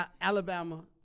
Alabama